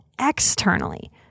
Externally